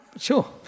Sure